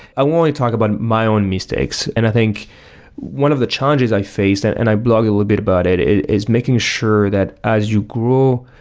i want to talk about my own mistakes. and i think one of the challenges i faced and and i blog a little bit about it it is making sure that as you grow,